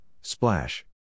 splash